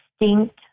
distinct